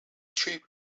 sheep